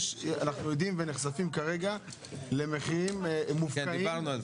אנחנו יודעים ונחשפים כרגע למחירים מופקעים --- כן.